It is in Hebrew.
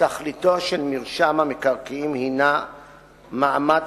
תכליתו של מרשם המקרקעין הינה להיות מעמד